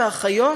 ואחיות?